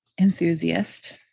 enthusiast